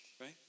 right